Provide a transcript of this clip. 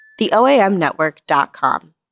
TheOAMNetwork.com